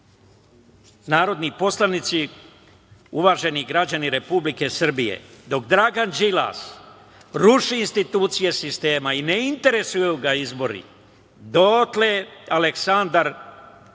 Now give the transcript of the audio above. narodni poslanici, uvaženi građani Republike Srbije, dok Dragan Đilas ruši institucije sistema i ne interesuju ga izbori, dotle Aleksandar Vučić